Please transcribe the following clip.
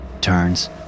turns